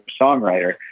songwriter